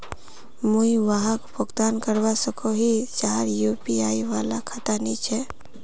मुई वहाक भुगतान करवा सकोहो ही जहार यु.पी.आई वाला खाता नी छे?